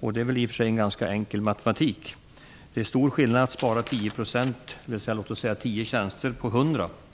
Det är i och för sig en ganska enkel matematik. Det är stor skillnad mellan att spara 10 tjänster